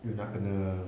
you nak kena